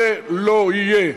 זה לא יהיה.